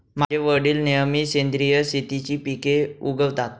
माझे वडील नेहमी सेंद्रिय शेतीची पिके उगवतात